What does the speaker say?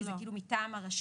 כי זה כאילו מטעם הרשות?